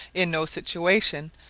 in no situation,